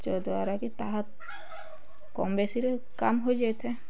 ଯଦ୍ୱାରା କି ତାହା କମ୍ ବେଶୀରେ କାମ ହୋଇଯାଇଥାଏ